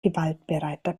gewaltbereiter